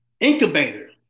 incubator